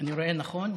אני רואה נכון?